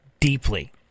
deeply